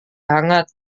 hangat